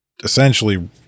essentially